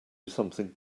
something